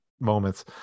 moments